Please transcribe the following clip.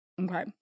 Okay